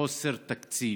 בחוסר תקציב,